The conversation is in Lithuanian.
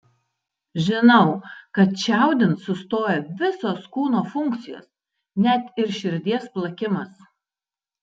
žinau kad čiaudint sustoja visos kūno funkcijos net ir širdies plakimas